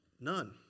None